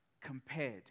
compared